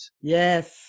Yes